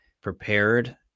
prepared